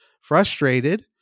frustrated